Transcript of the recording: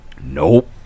Nope